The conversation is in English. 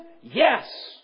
yes